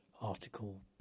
article